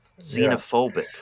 xenophobic